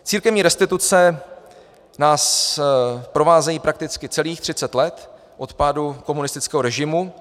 Církevní restituce nás provázejí prakticky celých 30 let od pádu komunistického režimu.